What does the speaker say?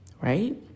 right